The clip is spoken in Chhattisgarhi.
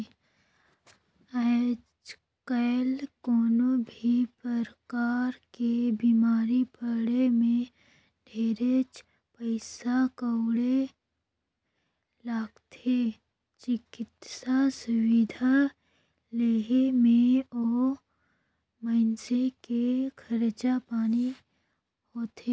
आयज कायल कोनो भी परकार ले बिमारी पड़े मे ढेरेच पइसा कउड़ी लागथे, चिकित्सा सुबिधा लेहे मे ओ मइनसे के खरचा पानी होथे